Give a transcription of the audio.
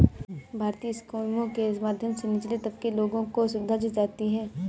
भारतीय स्कीमों के माध्यम से निचले तबके के लोगों को सुविधा दी जाती है